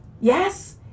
Yes